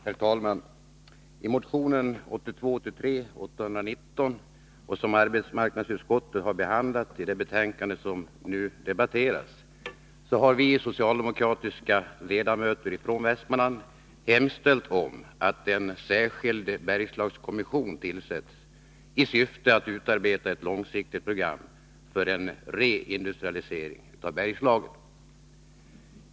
Herr talman! I motion 1982/83:819, som arbetsmarknadsutskottet behandlat i det betänkande som nu debatteras, har vi socialdemokratiska ledamöter från Västmanland hemställt om att en särskild Bergslagskommission tillsätts i syfte att utarbeta ett långsiktigt program för en reindustrialisering av Bergslagen.